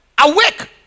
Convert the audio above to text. awake